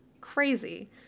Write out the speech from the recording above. crazy